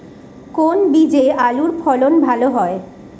কোন বীজে আলুর ফলন ভালো হয়?